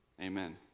amen